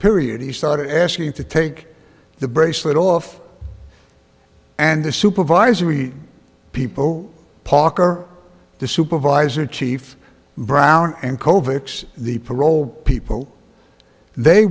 period he started asking to take the bracelet off and the supervisory people parker the supervisor chief brown and co vic's the parole people they